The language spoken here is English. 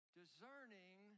discerning